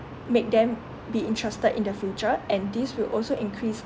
make them be interested in the future and this will also increase